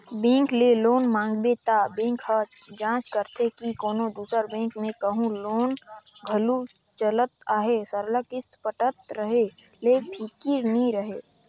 bank ले loan मांगबे त बेंक ह जांच करथे के कोनो दूसर बेंक में कहों लोन घलो चलत अहे सरलग किस्त पटत रहें ले फिकिर नी रहे